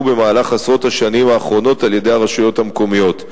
בעשרות השנים האחרונות על-ידי הרשויות המקומיות.